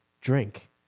drink